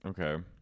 Okay